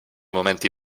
momenti